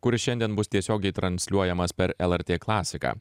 kuris šiandien bus tiesiogiai transliuojamas per lrt klasiką